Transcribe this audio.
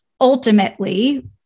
ultimately